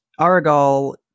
Aragal